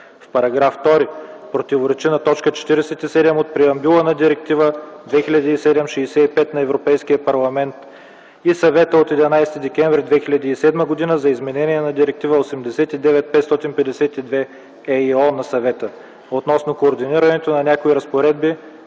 Параграф 2 противоречи на т. 47 от Преамбюла на Директива 2007/65 на Европейския парламент и Съвета от 11 декември 2007 г. за изменение на Директива 89/552/ЕИО на Съвета, относно координирането на някои разпоредби,